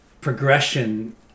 progression